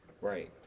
Right